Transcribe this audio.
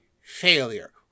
failure